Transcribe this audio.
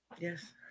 Yes